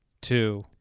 Two